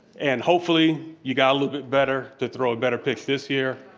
and hopefully, you got a little bit better to throw a better pitch this year.